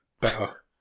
better